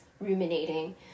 ruminating